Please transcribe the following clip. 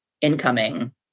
incoming